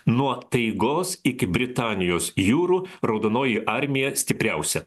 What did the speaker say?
nuo taigos iki britanijos jūrų raudonoji armija stipriausia